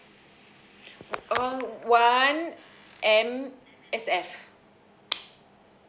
uh one M_S_F